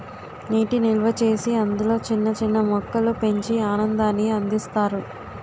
నీటి నిల్వచేసి అందులో చిన్న చిన్న మొక్కలు పెంచి ఆనందాన్ని అందిస్తారు